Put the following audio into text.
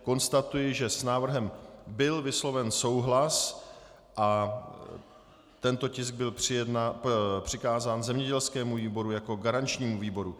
Konstatuji, že s návrhem byl vysloven souhlas a tento tisk byl přikázán zemědělskému výboru jako garančnímu výboru.